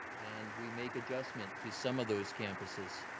and we make adjustment to some of those campuses.